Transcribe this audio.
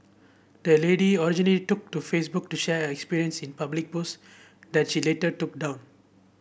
the lady originally took to Facebook to share her experience in public post that she later took down